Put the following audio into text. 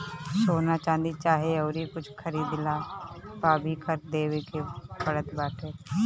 सोना, चांदी चाहे अउरी कुछु खरीदला पअ भी कर देवे के पड़त बाटे